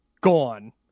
gone